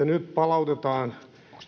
nyt palautetaan